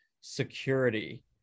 security